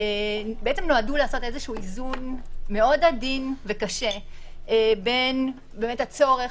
בעצם נועדו לעשות איזשהו איזון מאוד עדין וקשה בין הצורך